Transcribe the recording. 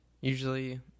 usually